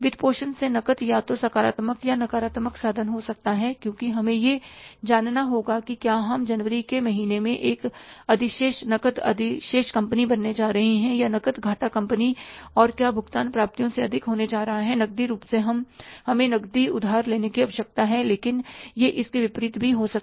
वित्तपोषण से नकद या तो सकारात्मक या नकारात्मक साधन हो सकता है क्योंकि हमें यह जानना होगा कि क्या हम जनवरी के महीने में एक अधिशेष नकद अधिशेष कंपनी बनने जा रहे हैं या नकद घाटा कंपनी और क्या भुगतान प्राप्तियों से अधिक होने जा रहे हैं निश्चित रूप से हमें नकदी उधार लेने की आवश्यकता है लेकिन यह इसके विपरीत भी हो सकता है